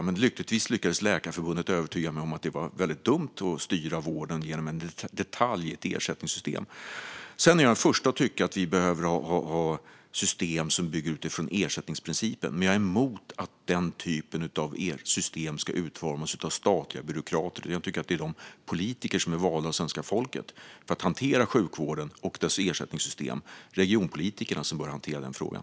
Men lyckligtvis lyckades Läkarförbundet övertyga mig om att det var dumt att styra vården genom en detalj i ett ersättningssystem. Jag är den första att tycka att vi behöver ha system som bygger på behovsprincipen. Men jag är emot att den typen av system ska utformas av statliga byråkrater. Jag tycker att det är de politiker som är valda av svenska folket för att hantera sjukvården och dess ersättningssystem, regionpolitikerna, som bör hantera den frågan.